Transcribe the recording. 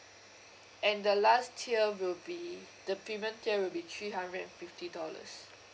and the last tier will be the premium tier will be three hundred and fifty dollars